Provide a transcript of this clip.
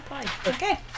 Okay